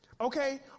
Okay